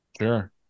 Sure